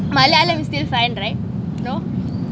maleli is still fine right no